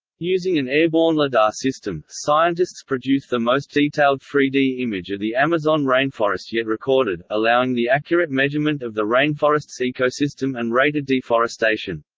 using an airborne lidar system, scientists produce the most detailed three d image of the amazon rainforest yet recorded, allowing the accurate measurement of the rainforest's ecosystem and rate of deforestation.